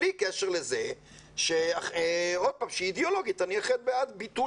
בלי קשר לזה שאידיאולוגית אני אכן בעד ביטול